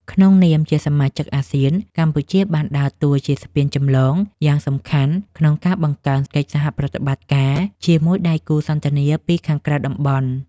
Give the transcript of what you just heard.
ក្នុងនាមជាសមាជិកអាស៊ាន កម្ពុជាបានដើរតួជាស្ពានចម្លងយ៉ាងសំខាន់ក្នុងការបង្កើនកិច្ចសហប្រតិបត្តិការជាមួយដៃគូសន្ទនាពីខាងក្រៅតំបន់។